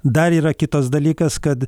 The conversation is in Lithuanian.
dar yra kitas dalykas kad